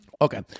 Okay